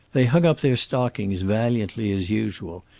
they hung up their stockings valiantly as usual,